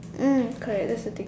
mm correct that's the thing